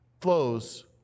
flows